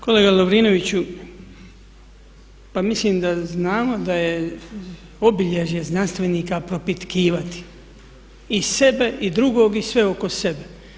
Kolega Lovrinoviću, pa mislim da znamo da je obilježje znanstvenika propitkivati i sebe i drugog i sve oko sebe.